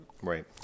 right